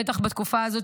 בטח בתקופה הזאת,